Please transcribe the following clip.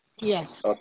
Yes